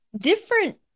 different